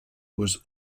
was